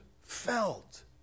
felt